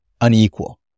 unequal